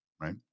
right